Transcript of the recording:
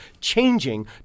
changing